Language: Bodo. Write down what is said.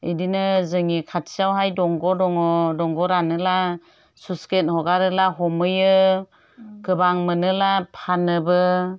बेदिनो जोंनि खाथियावहाय दंग' दङ दंग' रानोब्ला स्लुइस गेट हगारोब्ला हमहैयो गोबां मोनोब्ला फानोबो